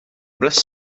brysur